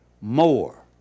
more